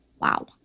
Wow